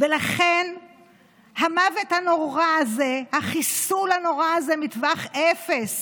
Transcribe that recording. לכן המוות הנורא הזה, החיסול הנורא הזה מטווח אפס